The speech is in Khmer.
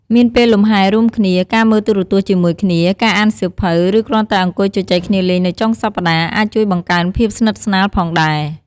មានពេលលំហែរួមគ្នា ការមើលទូរទស្សន៍ជាមួយគ្នា ការអានសៀវភៅ ឬគ្រាន់តែអង្គុយជជែកគ្នាលេងនៅចុងសប្ដាហ៍ អាចជួយបង្កើនភាពស្និទ្ធស្នាលផងដែរ។